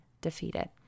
defeated